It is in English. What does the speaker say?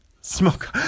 smoke